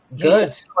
good